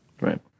Right